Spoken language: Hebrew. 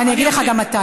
ואני אגיד לך גם מתי.